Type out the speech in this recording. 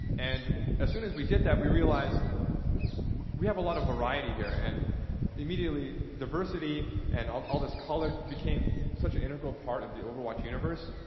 and as soon as we did that, we realized we have a lot of variety here, and immediately diversity and all of this color became such an integral part of the overwatch universe.